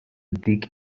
dig